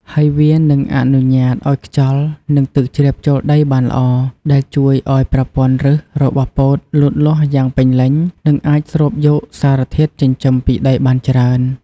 ហើយវានឹងអនុញ្ញាតឱ្យខ្យល់ និងទឹកជ្រាបចូលដីបានល្អ ដែលជួយឱ្យប្រព័ន្ធឫសរបស់ពោតលូតលាស់យ៉ាងពេញលេញ និងអាចស្រូបយកសារធាតុចិញ្ចឹមពីដីបានច្រើន។